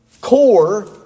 core